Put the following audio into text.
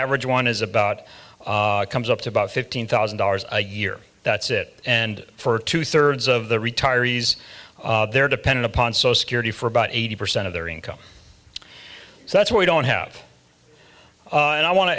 average one is about comes up to about fifteen thousand dollars a year that's it and for two thirds of the retirees they're dependent upon so security for about eighty percent of their income so that's why we don't have and i want to